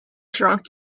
drunk